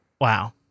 Wow